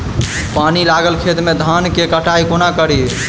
पानि लागल खेत मे धान केँ कटाई कोना कड़ी?